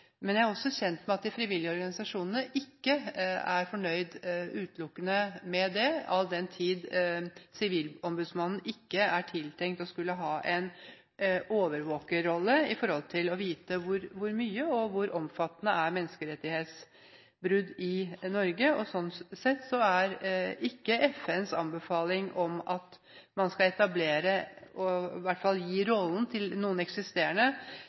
Men jeg er også kjent med at de frivillige organisasjonene ikke er fornøyd utelukkende med det, all den tid Sivilombudsmannen ikke er tiltenkt å skulle ha en overvåkerrolle når det gjelder å få vite hvor omfattende det er med menneskerettighetsbrudd i Norge, hvor mange det er. Slik sett er ikke FNs anbefaling at man skal